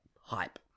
hype